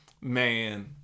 Man